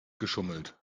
geschummelt